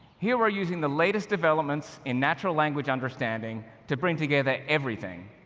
here we're using the latest developments in natural language understanding to bring together everything,